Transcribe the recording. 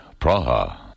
Praha